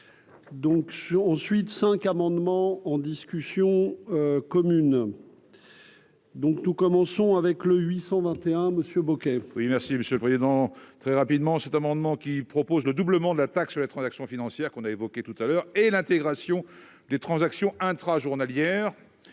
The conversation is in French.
sont ensuite 5 amendements en discussion commune. Donc, nous commençons avec le 821 monsieur Bouquet. Oui, merci Monsieur le Président, très rapidement, cet amendement, qui propose le doublement de la taxe sur les transactions financières qu'on a évoqué tout à l'heure et l'intégration des transactions intra-journalières,